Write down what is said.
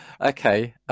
Okay